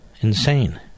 insane